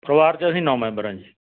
ਪਰਿਵਾਰ 'ਚ ਅਸੀਂ ਨੌ ਮੈਂਬਰ ਹਾਂ ਜੀ